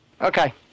Okay